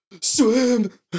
Swim